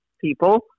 people